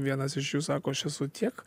vienas iš jų sako aš esu tiek